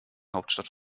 hauptstadt